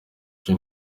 iyo